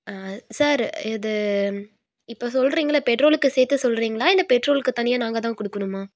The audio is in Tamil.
சார் இது இப்போ சொல்றீங்கல்லை பெட்ரோலுக்கு சேர்த்து சொல்லுறீங்களா இல்ல பெட்ரோலுக்கு தனியாக நாங்கள் தான் கொடுக்கணுமா